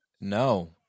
No